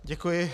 Děkuji.